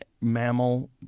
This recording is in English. mammal